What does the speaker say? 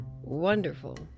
wonderful